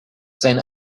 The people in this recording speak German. sein